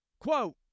Quote